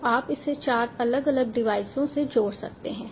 तो आप इसे चार अलग अलग डिवाइसों से जोड़ सकते हैं